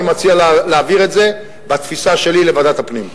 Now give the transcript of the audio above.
אני מציע להעביר את זה, בתפיסה שלי, לוועדת הפנים.